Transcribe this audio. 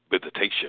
visitation